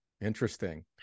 Interesting